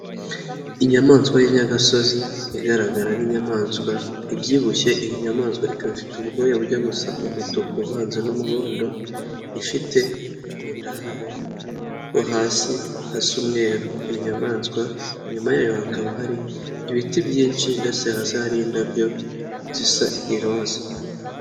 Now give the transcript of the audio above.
Inyamaswa y'inyagasozi igaragara nk'inyamaswa ibyibushye iyi nyamaswa ikaba ifite ubwoya bujya gusa umutuku uvanze n'umuhondo, ifite mu nda hayo ho hasi hasa umweru, iyo nyayamaswa inyuma yayo hakaba hari ibiti byinshi ndetse hasi hari indabyo zisa iroza.